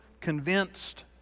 convinced